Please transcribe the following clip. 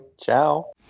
Ciao